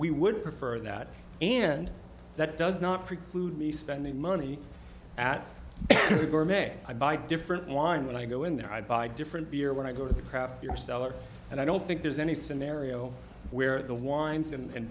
we would prefer that and that does not preclude me spending money at gourmet i buy different line when i go in there i buy different beer when i go to the craft your cellar and i don't think there's any scenario where the winds and